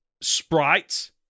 sprites